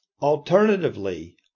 Alternatively